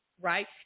Right